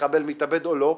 מחבל מתאבד או לא,